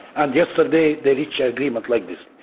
and yesterday they reached an agreement like this.